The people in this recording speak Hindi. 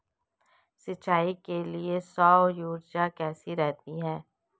सिंचाई के लिए सौर ऊर्जा कैसी रहती है?